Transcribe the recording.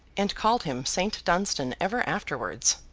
and called him saint dunstan ever afterwards.